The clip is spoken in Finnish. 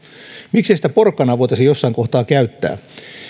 miksei sitä porkkanaa voitaisi jossain kohtaa käyttää